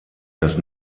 das